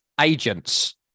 agent's